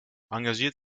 engagiert